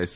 S